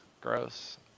Gross